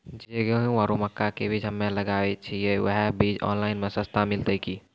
जे गेहूँ आरु मक्का के बीज हमे सब लगावे छिये वहा बीज ऑनलाइन मे सस्ता मिलते की?